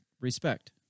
Respect